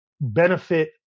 benefit